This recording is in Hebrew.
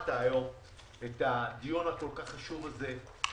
שאפשרת היום את הדיון הכל כך חשוב הזה.